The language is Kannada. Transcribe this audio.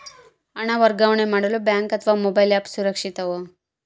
ಹಣ ವರ್ಗಾವಣೆ ಮಾಡಲು ಬ್ಯಾಂಕ್ ಅಥವಾ ಮೋಬೈಲ್ ಆ್ಯಪ್ ಸುರಕ್ಷಿತವೋ?